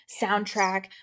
soundtrack